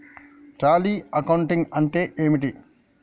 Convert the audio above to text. Tally accounting అంటే ఏమిటి?